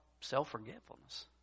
self-forgetfulness